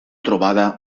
trobada